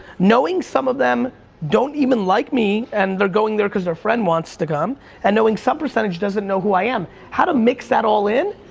knowing some of them don't even like me, and they're going there because their friend wants to come and knowing some percentage doesn't know who i am. how to mix that all in?